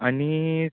आनी